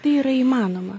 tai yra įmanoma